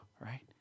right